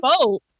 boat